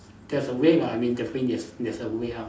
there's a way [what] I mean definitely there's there's a way out